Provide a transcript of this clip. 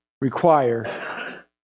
require